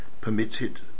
permitted